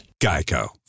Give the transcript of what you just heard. GEICO